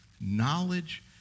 knowledge